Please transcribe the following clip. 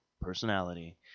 personality